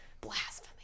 Blasphemy